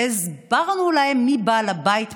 הסברנו להם מי בעל הבית,